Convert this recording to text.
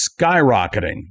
skyrocketing